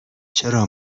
چرا